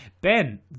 Ben